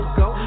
go